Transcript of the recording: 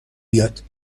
بیاد